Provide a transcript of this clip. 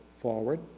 forward